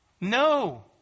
No